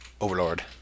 Overlord